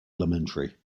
elementary